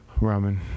Ramen